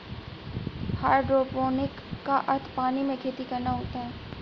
hydroponic का अर्थ पानी में खेती करना होता है